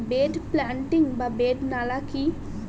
Bed planting বা bed নালা কি?